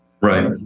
Right